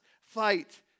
fight